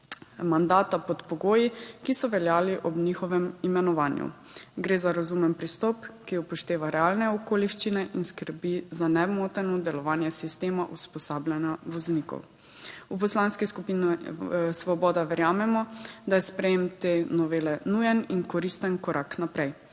mandata pod pogoji, ki so veljali ob njihovem imenovanju. Gre za razumen pristop, ki upošteva realne okoliščine in skrbi za nemoteno delovanje sistema usposabljanja voznikov. V Poslanski skupini Svoboda verjamemo, da je sprejem te novele nujen in koristen korak naprej.